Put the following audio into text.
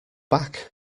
back